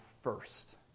first